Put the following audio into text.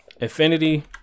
affinity